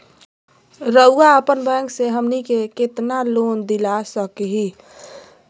रउरा अपन बैंक से हमनी के कितना लोन दिला सकही?